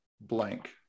blank